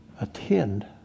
Attend